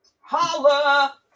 holla